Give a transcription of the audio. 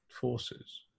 forces